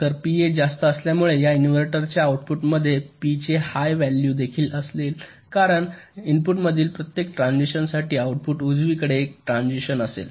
तर पीए जास्त असल्यामुळे या इनव्हर्टरच्या आउटपुटमध्ये पी चे हाय व्हॅल्यू देखील असेल कारण इनपुटमधील प्रत्येक ट्रान्सिशन साठी आउटपुट उजवीकडे एक ट्रान्सिशन असेल